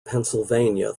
pennsylvania